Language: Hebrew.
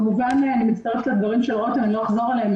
כמובן שאני מצטרפת לדברי רותם ולא אחזור עליהם.